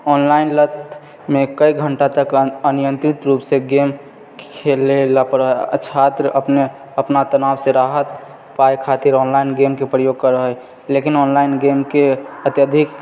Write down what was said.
online कइ घण्टा तक अनियंत्रित रूप से गेम खेलय ला पड़ैत छात्र अपने अपना तनाव से राहत पाबै खातिर ऑनलाइन गेमके प्रयोग करैत हइ लेकिन ऑनलाइन गेमके अत्यधिक